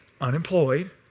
unemployed